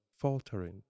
faltering